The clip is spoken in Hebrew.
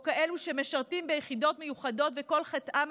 או כאלו שמשרתים ביחידות מיוחדות וכל חטאם